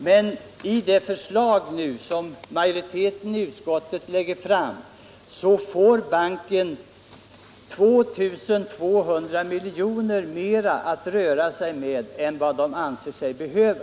Men i det förslag som majoriteten i utskottet nu lägger fram får banken 2 200 milj.kr. mer att röra sig med än vad den ansåg sig behöva.